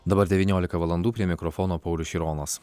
dabar devyniolika valandų prie mikrofono paulius šironas